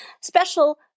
special